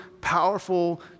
powerful